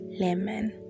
lemon